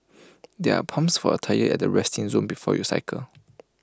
there are pumps for your tyres at the resting zone before you cycle